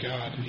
God